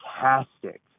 fantastic